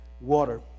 water